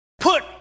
put